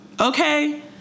Okay